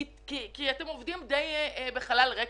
כי אתם עובדים די בחלל ריק,